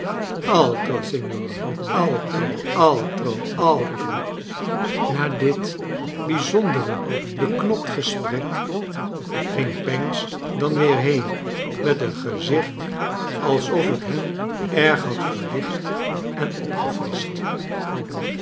altro altro altro p na dit bijzondere beknopt gesprek ging pancks dan weer been met een gezicht alsof het hem erg had verlicht en opgefrischt